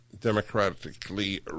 democratically